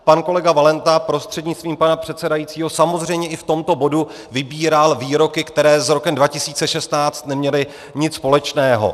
Pan kolega Valenta prostřednictvím pana předsedajícího samozřejmě i v tomto bodu vybíral výroky, které s rokem 2016 neměly nic společného.